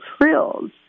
frills